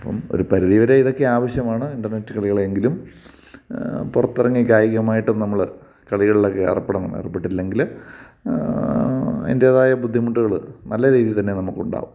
അപ്പോള് ഒരു പരിധിവരെ ഇതൊക്കെ ആവശ്യമാണ് ഇൻറ്റർനെറ്റ് കളികള് എങ്കിലും പുറത്തിറങ്ങി കായികമായിട്ട് നമ്മള് കളികളിലൊക്കെ ഏർപ്പെടണം ഏർപ്പെട്ടില്ലെങ്കില് അതിൻറ്റേതായ ബുദ്ധിമുട്ടുകള് നല്ല രീതിയില് തന്നെ നമുക്കുണ്ടാകും